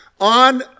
on